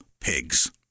pigs